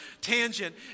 tangent